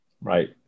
Right